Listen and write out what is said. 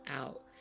out